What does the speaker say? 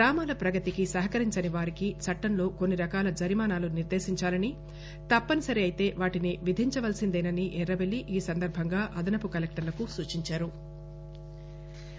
గ్రామాల ప్రగతికి సహకరించని వారికి చట్లంలో కొన్ని రకాల జరిమానాలు నిర్గేశించాలని తప్పనిసరి అయితే వాటిని విధించవలసిందేనని ఎర్రబెల్లి ఈ సందర్బంగా అదనపు కలెక్టర్లకు సూచించారు